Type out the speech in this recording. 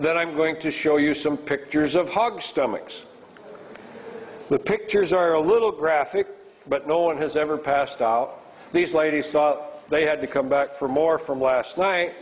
that i'm going to show you some pictures of hog stomachs the pictures are a little graphic but no one has ever passed out these ladies thought they had to come back for more from last night